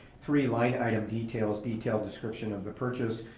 three, line item details, detailed description of the purchase.